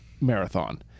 marathon